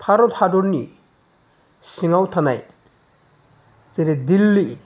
भारत हादरनि सिङाव थानाय जेरै दिल्ली